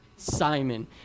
Simon